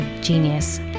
genius